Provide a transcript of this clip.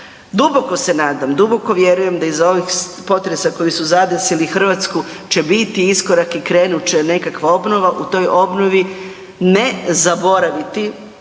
Duboko se nadam, duboko vjerujem da iza ovih potresa koji su zadesili Hrvatsku će biti iskorak i krenut će nekakva obnova. U toj obnovi ne zaboraviti